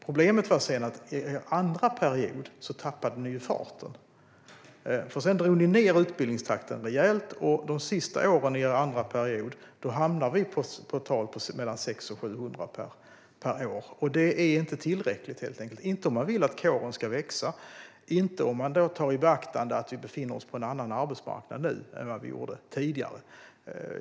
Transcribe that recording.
Problemet var att ni tappade farten under er andra period och drog ned utbildningstakten rejält. De sista åren i er andra regeringsperiod hamnade antalet på totalt 600-700 per år. Det är helt enkelt inte tillräckligt om man vill att kåren ska växa och tar i beaktande att vi har en annan arbetsmarknad nu än tidigare.